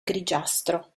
grigiastro